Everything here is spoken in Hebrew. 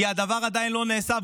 כי הדבר עדיין לא נעשה,